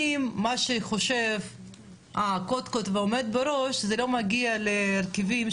שמבוצעים בחלקם ע"י "נתיב" ולמרות ש"נתיב" לא נמצאים פה,